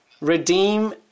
redeem